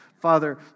father